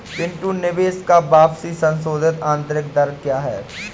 पिंटू निवेश का वापसी संशोधित आंतरिक दर क्या है?